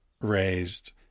raised